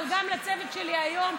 אבל גם לצוות שלי היום,